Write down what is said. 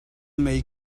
mei